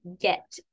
get